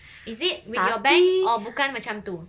is it with your banks or bukan macam tu